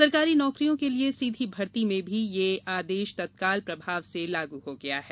सरकारी नौकरियों के लिए सीधी भर्ती में ये आदेश तत्काल प्रभाव से लागू हो गया है